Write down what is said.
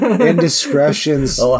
indiscretions